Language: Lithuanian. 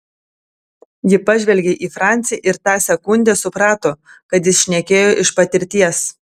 ji pažvelgė į francį ir tą sekundę suprato kad jis šnekėjo iš patirties